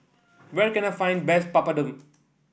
where can I find best Papadum